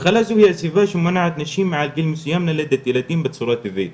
מחלה זו שמונעת מנשים עד גיל מסוים ללדת ילדים בצורה טבעית